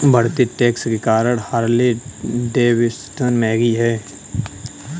बढ़ते टैक्स के कारण हार्ले डेविडसन महंगी हैं